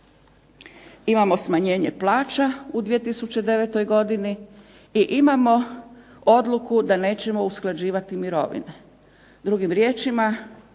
Imamo smanjenje plaća u 2009. godini i imamo odluku da nećemo usklađivati mirovine.